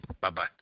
Bye-bye